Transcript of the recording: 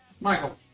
Michael